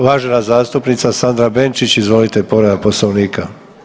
Uvažena zastupnica Sandra Benčić, izvolite povreda Poslovnika.